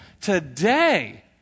Today